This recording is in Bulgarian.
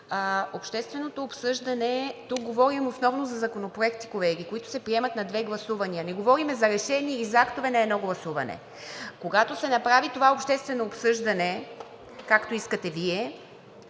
са в тази посока. Тук говорим основно за законопроекти, колеги, които се приемат на две гласувания, а не говорим за решения и актове от едно гласуване. Когато се прави това обществено гласуване, както искате Вие,